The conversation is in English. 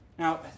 Now